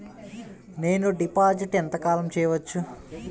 నేను డిపాజిట్ ఎంత కాలం చెయ్యవచ్చు?